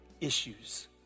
issues